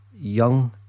Young